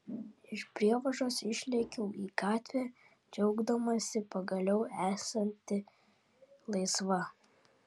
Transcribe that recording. iš prievažos išlėkiau į gatvę džiaugdamasi pagaliau esanti laisva